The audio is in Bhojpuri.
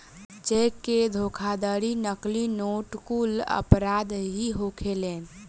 चेक के धोखाधड़ी, नकली नोट कुल अपराध ही होखेलेन